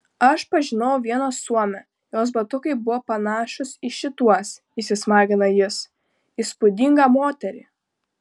aš pažinojau vieną suomę jos batukai buvo panašūs į šituos įsismagina jis įspūdingą moterį